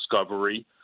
discovery